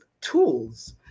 tools